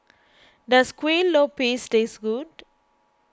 does Kuih Lopes taste good